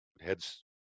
heads